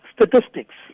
Statistics